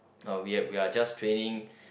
orh we are we are just training